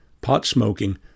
pot-smoking